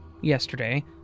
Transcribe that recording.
yesterday